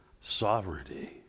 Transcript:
sovereignty